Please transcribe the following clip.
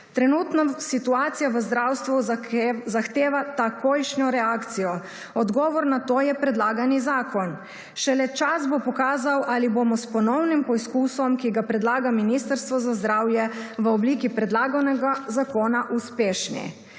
Trenutno situacija v zdravstvu zahteva takojšnjo reakcijo. Odgovor na to je predlagani zakon. Šele čas bo pokazal ali bomo s ponovnim poizkusom, ki ga predlaga Ministrstvo za zdravje v obliki predlaganega zakona uspešni.